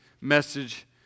message